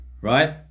Right